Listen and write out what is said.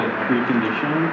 precondition